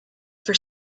for